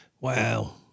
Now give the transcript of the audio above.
Wow